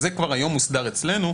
זה כבר היום מוסדר אצלנו,